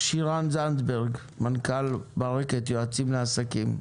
שירן זנדברג, מנכ"לית ברקת יועצים לעסקים.